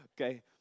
Okay